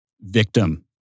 Victim